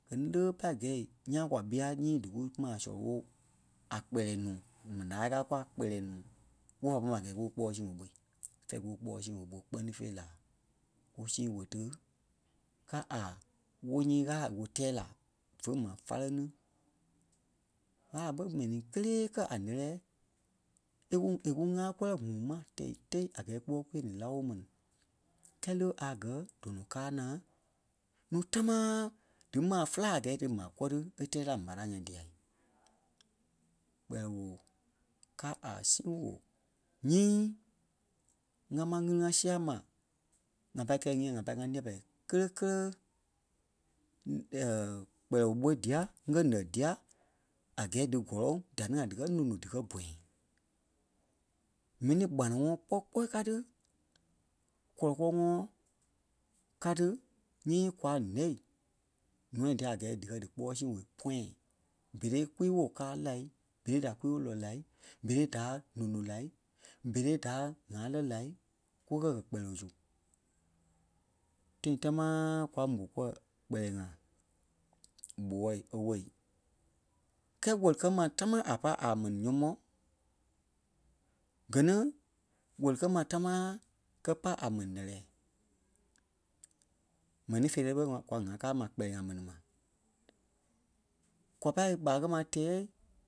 Gɛ ni le ɓé pâi gɛ̂i ńyãa kwa ɓîa nyii dí kúmaa sɔlɔ ɓo a kpɛlɛɛ nuu mi- láa káa kûa kpɛlɛɛ nuu a gɛɛ kúkpɔɔi sîi woo ɓo. Fɛ̂ɛ kúkpɔɔi sîi woo ɓo kpɛ́ni la kú sii woo tí ká a wóo nyii Ɣâla e kú tɛɛ la fé maa fáleŋ ni. Ɣâla ɓé mɛnii kélee kɛ́ a lɛ́lɛɛ e ku- é kúŋaa kɔlɔ ŋuŋ maa tɛi-tɛ́i a gɛɛ kukɛ kukîe-ni lá wóo mɛni. Kɛɛ le a gɛ̀ dɔnɔ káa naa núu támaa dímaa féla a gɛɛ dímaa kɔ́ri é tɛɛ la maraŋ ŋai dîa. Kpɛlɛɛ woo ká a sii woo nyii ŋa máŋ ŋgili-ŋa sia ma ŋa pâi kɛ̂i ŋ́ɛi ŋa pâi ŋa nîa-pɛlɛɛ kele kele kpɛlɛɛ woo ɓôi dîa, ŋgɛ nɛ́ dia a gɛɛ dí gɔlɔŋ dí ní ŋai díkɛ nónoi díkɛ bɔ̃yɛ. M̀ɛnii kpanaŋɔɔ kpɔ́ kpɔɔi káa tí kɔlɔ kɔ́lɔŋɔɔ ka ti nyii kwa nɛ́ nûa dia a gɛɛ díkɛ díkpɔɔi sii woo pɔ̃yɛ berei kwii-woo káa lai, berei da kwii-woo lɔ la, berei da nônoi lai, berei da ŋ̀aa lɛ́ la kukɛ kpɛlɛɛ su. Tãi támaa kwa mó kuɛ kpɛlɛɛ-ŋai ɓoɔɔ̂i owɛi. Kɛ́ɛ wɛli-kɛ́-maa támaa a pá a ḿɛni nyɔ́mɔɔ gɛ ni wɛli kɛ́ maa támaa kɛ̀ pá a ḿɛni lɛ́lɛ. M̀ɛnii feerɛi ɓé ŋa- kwa ŋa káa ma kpɛlɛɛ ŋai mɛni mai. Kwa pá ɓâa kɛ́ maa tɛɛ